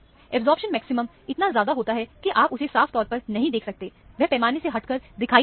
absorption maximum इतना ज्यादा होता है कि आप उसे साफ तौर पर नहीं देख सकते वह पैमाने से हटकर दिखाई देता है